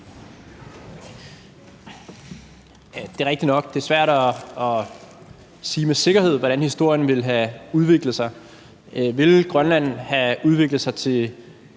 Det er rigtigt nok, at det er svært at sige med sikkerhed, hvordan historien ville have udviklet sig. Ville Grønland have udviklet sig til